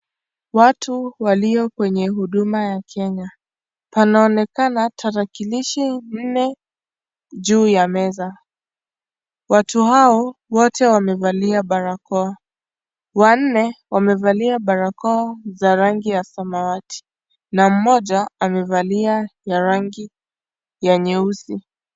Watu walio kwenye huduma ya Kenya. Panaonekana tarakilishi nne juu ya meza. Watu hao wote wamevalia barakoa. Wanne wamevalia barakoa za rangi ya samawati na mmoja amevalia ya rangi ya nyeusi.